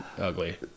ugly